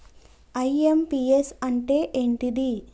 IMPS అంటే ఏంటిది?